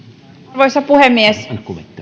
arvoisa puhemies